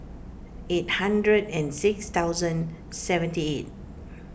eight hundred and six thousand seventy eight